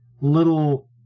little